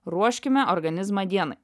ruoškime organizmą dienai